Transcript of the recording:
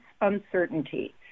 uncertainty